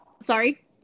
sorry